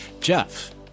Jeff